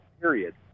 period